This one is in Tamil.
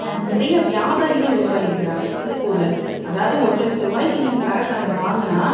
நா நிறைய வியாபாரிங்கள் உருவாயிருக்கிறாங்க திருப்பூரில் அதாவது ஒரு லட்ச்ச ரூவாய்க்கு நீங்கள் சரக்கு அங்கே வாங்கினா